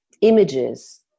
images